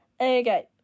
Okay